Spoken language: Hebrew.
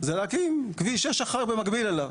זה להקים כביש 6 אחר במקביל אליו.